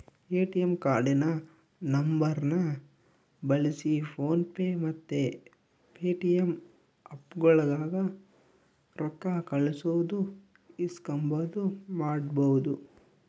ATM ಕಾರ್ಡಿನ ನಂಬರ್ನ ಬಳ್ಸಿ ಫೋನ್ ಪೇ ಮತ್ತೆ ಪೇಟಿಎಮ್ ಆಪ್ಗುಳಾಗ ರೊಕ್ಕ ಕಳ್ಸೋದು ಇಸ್ಕಂಬದು ಮಾಡ್ಬಹುದು